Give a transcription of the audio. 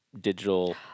digital